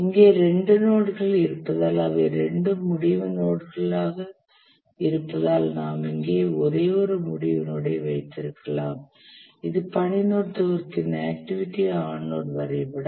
இங்கே இரண்டு நோட்கள் இருப்பதால் அவை இரண்டு முடிவு நோட்களாக இருப்பதால் நாம் இங்கே ஒரே ஒரு முடிவு நோடை வைத்திருக்கலாம் இது பணி நெட்வொர்க்கின் ஆக்டிவிட்டி ஆன் நோட் வரைபடம்